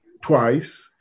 twice